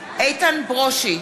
איתן ברושי,